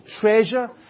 treasure